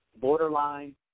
borderline